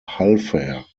halver